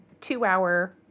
two-hour